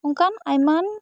ᱚᱱᱠᱟᱱ ᱟᱭᱢᱟᱱ